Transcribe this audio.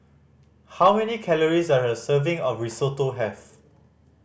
how many calories does a serving of Risotto have